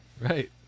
right